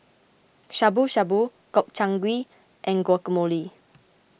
Shabu Shabu Gobchang Gui and Guacamole